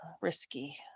Risky